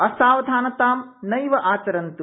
असावधानतां नैवाचरन्त्